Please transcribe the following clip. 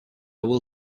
will